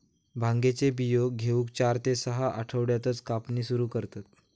भांगेचे बियो घेऊक चार ते सहा आठवड्यातच कापणी सुरू करतत